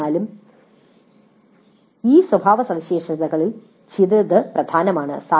എന്നിരുന്നാലും ഈ സ്വഭാവസവിശേഷതകളിൽ ചിലത് പ്രധാനമാണ്